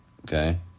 Okay